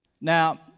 Now